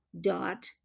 dot